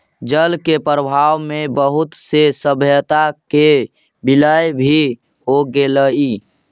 जल के प्रवाह में बहुत से सभ्यता के विलय भी हो गेलई